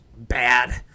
Bad